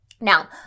Now